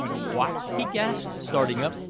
what! he gasped, starting up.